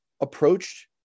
approached